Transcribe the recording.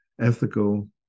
ethical